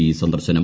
E സന്ദർശനം